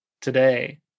today